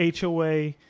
HOA